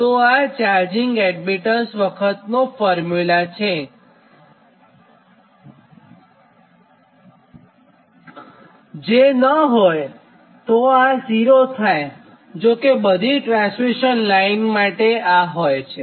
તો આ charging admittance વખતનો ફોર્મ્યુલા છે જે ન હોય તો આ 0 થાયજો કે બધી ટ્રાન્સમિશન લાઇન માટે આ હોય છે